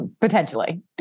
Potentially